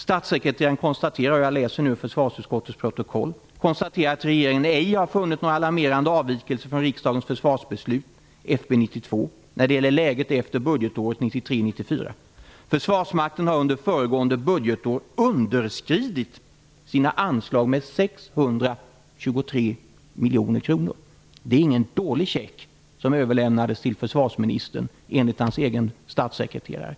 Statssekreteraren konstaterade - jag läser nu ur försvarsutskottets protokoll - att regeringen ej har funnit några alarmerande avvikelser från riksdagens försvarsbeslut FB 92 när det gäller läget efter budgetåret 1993/94. Försvarsmakten har under föregående budgetår underskridit sina anslag med 623 miljoner kronor. Det var ingen dålig check som överlämnades till försvarsministern, enligt hans egen statssekreterare.